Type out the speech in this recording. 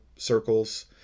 circles